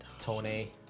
Tony